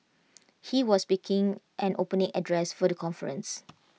he was speaking and opening address for the conference